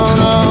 no